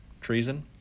treason